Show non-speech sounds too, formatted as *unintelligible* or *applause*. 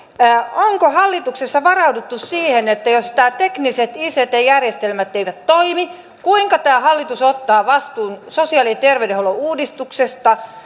onko hallituksessa varauduttu siihen jos nämä tekniset ict järjestelmät eivät toimi kuinka tämä hallitus ottaa vastuun sosiaali ja tervey denhuollon uudistuksesta *unintelligible*